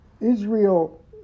Israel